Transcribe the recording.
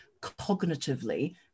cognitively